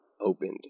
opened